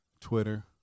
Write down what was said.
Twitter